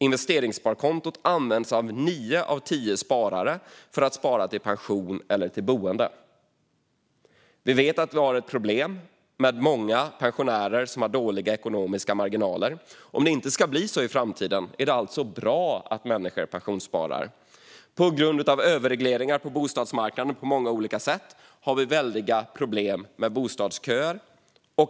Investeringssparkontot används av nio av tio sparare för att spara till pension eller boende. Vi vet att det finns problem med många pensionärer som har dåliga ekonomiska marginaler. Om det inte ska bli så i framtiden är det alltså bra att människor pensionssparar. På grund av överregleringar på bostadsmarknaden på många olika sätt finns stora problem med bostadsköer.